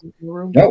No